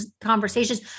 conversations